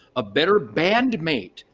a better band mate,